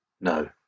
No